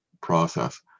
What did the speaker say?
process